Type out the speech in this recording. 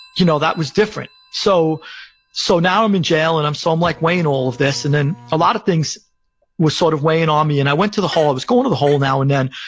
you know that was different. so so now i'm in jail, and i'm so um like weighing all of this, and then a lot of things were sort of weighing on me. and i went to the hole. i was going to the hole now and then.